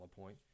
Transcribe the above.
point